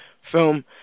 film